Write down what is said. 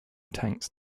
tanks